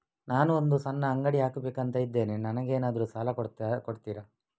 ನಾನು ಒಂದು ಸಣ್ಣ ಅಂಗಡಿ ಹಾಕಬೇಕುಂತ ಇದ್ದೇನೆ ನಂಗೇನಾದ್ರು ಸಾಲ ಕೊಡ್ತೀರಾ?